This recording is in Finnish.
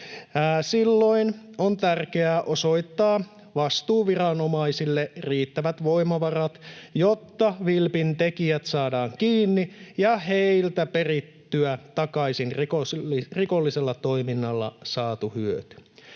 Silloin on tärkeää osoittaa vastuuviranomaisille riittävät voimavarat, jotta vilpin tekijät saadaan kiinni ja heiltä perittyä takaisin rikollisella toiminnalla saatu hyöty.